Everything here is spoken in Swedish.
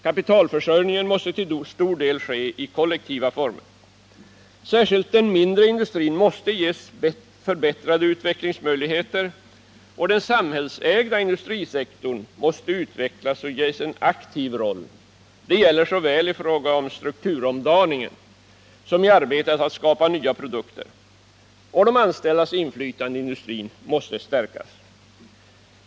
Kapitalförsörjningen måste till stor del ske i kollektiva former. Särskilt den mindre industrin måste ges förbättrade utvecklingsmöjligheter, och den samhällsägda industrisektorn måste utvecklas och ges en aktiv roll. Det gäller såväl i fråga om strukturomdaningen som i arbetet att skapa nya produkter. De anställdas inflytande i industrin måste också stärkas.